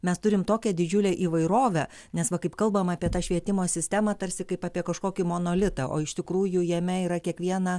mes turim tokią didžiulę įvairovę nes va kaip kalbam apie tą švietimo sistemą tarsi kaip apie kažkokį monolitą o iš tikrųjų jame yra kiekvieną